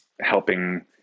helping